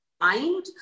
mind